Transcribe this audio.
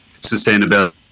sustainability